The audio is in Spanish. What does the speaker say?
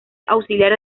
auxiliar